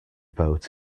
boat